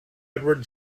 edward